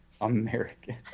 American